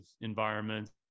environments